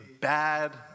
bad